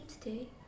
today